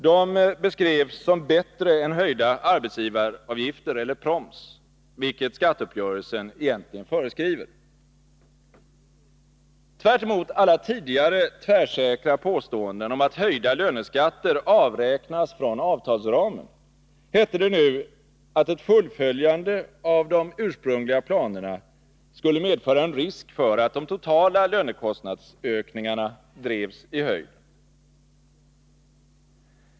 De beskrevs som bättre än höjda arbetsgivaravgifter eller proms, vilket skatteuppgörelsen egentligen föreskriver. Tvärtemot alla tidigare tvärsäkra påståenden om att höjda löneskatter avräknas från avtalsramen hette det nu, att ett fullföljande av de ursprungliga planerna skulle medföra en risk för att de totala lönekostnadsökningarna drevs i höjden.